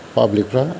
पाब्लिकफ्रा